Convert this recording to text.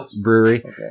brewery